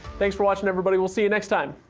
thanks for watching everybody, we'll see you next time!